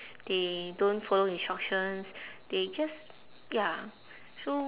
they don't follow instructions they just ya so